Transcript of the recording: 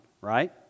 right